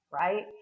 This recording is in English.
Right